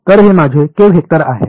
तर हे माझे के वेक्टर आहे